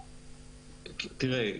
תראה,